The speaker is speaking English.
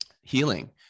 healing